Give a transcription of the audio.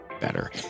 better